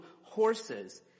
horses